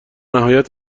نهایت